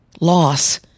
Loss